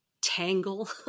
tangle